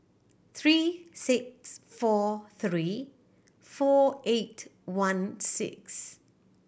three six four three four eight one six